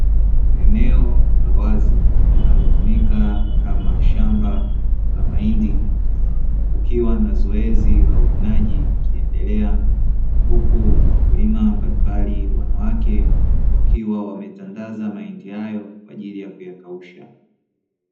Eneo la wazi linalotumika kama shamba la mahindi kukiwa na zoezi la uvunaji likiendelea huku wakulima mbalimbali wanawake wakiwa wametandaza mahindi hayo kwa ajili ya kuyakausha.